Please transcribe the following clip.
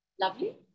lovely